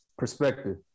Perspective